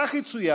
סעיף 7: